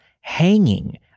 hanging